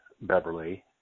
Beverly